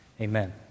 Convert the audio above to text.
Amen